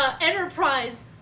Enterprise